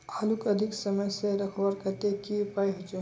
आलूक अधिक समय से रखवार केते की उपाय होचे?